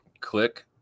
Click